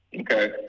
Okay